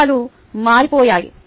విషయాలు మారిపోయాయి